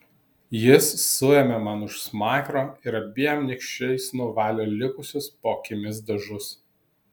jis suėmė man už smakro ir abiem nykščiais nuvalė likusius po akimis dažus